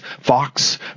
Fox